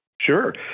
Sure